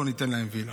לא ניתן להם וילה.